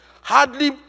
hardly